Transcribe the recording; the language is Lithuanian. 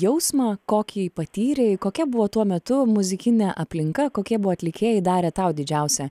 jausmą kokį patyrei kokia buvo tuo metu muzikinė aplinka kokie buvo atlikėjai darė tau didžiausią